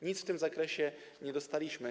Nic w tym zakresie nie dostaliśmy.